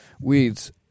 weeds